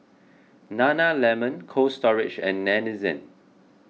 Nana Lemon Cold Storage and Denizen